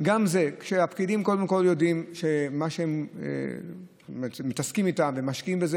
גם זה שהפקידים קודם כול יודעים שמה שהם מתעסקים בו ומשקיעים בו,